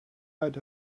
out